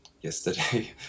yesterday